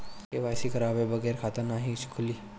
KYC करवाये बगैर खाता नाही खुली?